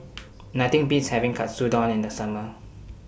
Nothing Beats having Katsudon in The Summer